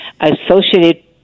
associated